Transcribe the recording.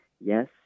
yes